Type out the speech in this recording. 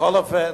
בכל אופן,